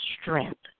strength